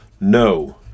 no